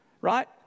right